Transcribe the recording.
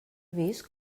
vist